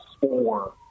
four